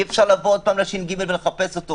אי-אפשר לבוא עוד פעם לש"ג ולחפש אותו,